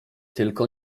tylko